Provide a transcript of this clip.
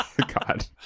God